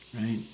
right